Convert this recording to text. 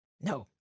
No